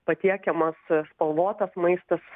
patiekiamas spalvotas maistas